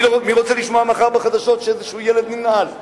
מי רוצה לשמוע בחדשות מחר שילד ננעל?